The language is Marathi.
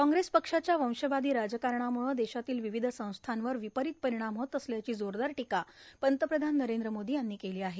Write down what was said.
काँग्रेस पक्षाच्या वंशवादी राजकारणाम्रळं देशातील विविध संस्थांवर विपरित परिणाम होत असल्याची जोरदार टीका पंतप्रधान नरेंद्र मोदी यांनी केली आहे